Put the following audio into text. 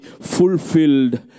fulfilled